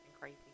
crazy